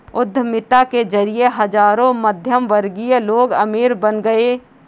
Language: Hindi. उद्यमिता के जरिए हजारों मध्यमवर्गीय लोग अमीर बन गए